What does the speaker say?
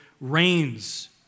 reigns